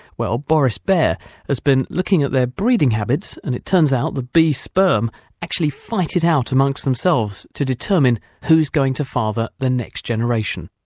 well, boris baer has been looking at their breeding habits and it turns out that bee sperm actually fight it out amongst themselves to determine who is going to father the next generation.